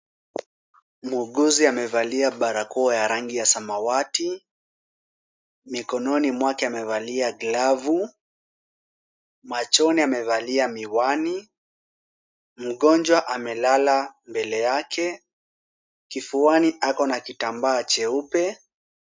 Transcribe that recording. Muuguzi amevalia barakoa ya rangi ya samawati, mikononi mwake amevalia glavu. Machoni amevalia miwani. Mgonjwa amelala mbele yake. Kifuani ako na kitambaa cheupe.